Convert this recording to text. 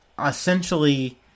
essentially